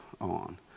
on